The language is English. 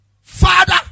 father